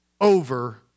over